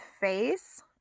face